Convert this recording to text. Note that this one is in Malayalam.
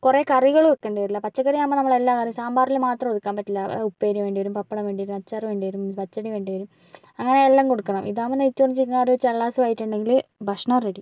കുറേ കറികൾ വയ്ക്കേണ്ടി വരില്ല പച്ചക്കറി ആകുമ്പം നമ്മൾ എല്ലാം സാമ്പാറിൽ മാത്രം ഒതുക്കാൻ പറ്റില്ല ഉപ്പേരി വേണ്ടിവരും പപ്പടം വേണ്ടിവരും അച്ചാർ വേണ്ടിവരും പച്ചടി വേണ്ടിവരും അങ്ങനെ എല്ലാം കൊടുക്കണം ഇത് ആകുമ്പം നെയ്യ്ച്ചോറും ചിക്കൻ കറിയും ചള്ളാസ് ആയിട്ട് ഉണ്ടെങ്കിൽ ഭക്ഷണം റെഡി